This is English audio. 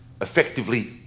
effectively